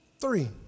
Three